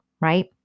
right